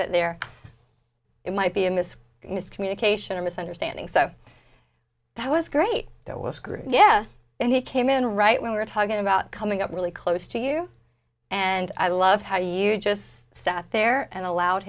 that there it might be a missed miscommunication or misunderstanding so that was great it was great yeah and he came in right when we were talking about coming up really close to you and i love how you just sat there and allowed